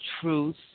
truth